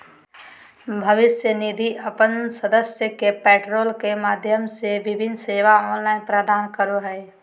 भविष्य निधि अपन सदस्य के पोर्टल के माध्यम से विभिन्न सेवा ऑनलाइन प्रदान करो हइ